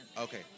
Okay